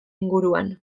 inguruan